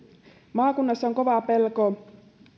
maakunnassa on kova pelko